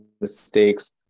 mistakes